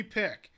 pick